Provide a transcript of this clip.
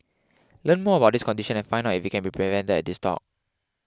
learn more about this condition and find out if it can be prevented at this talk